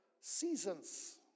seasons